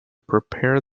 prepare